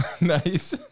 Nice